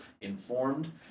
informed